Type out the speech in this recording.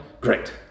Great